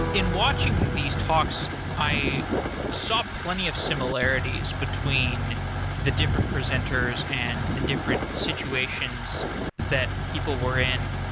in watching these talks, i saw plenty of similarities between the different presenters and the different situations that people were in.